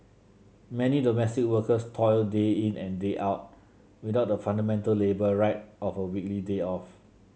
many domestic workers toil day in and day out without the fundamental labour right of a weekly day off